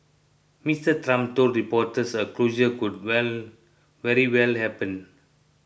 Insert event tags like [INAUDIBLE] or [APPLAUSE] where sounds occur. Mister Trump told reporters a closure could [UNINTELLIGIBLE] very well happen